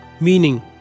meaning